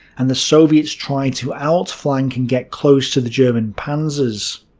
and the soviets tried to outflank and get close to the german panzers.